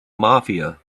mafia